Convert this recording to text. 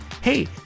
Hey